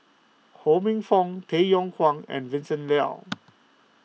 Ho Minfong Tay Yong Kwang and Vincent Leow